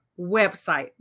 website